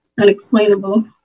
unexplainable